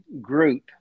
group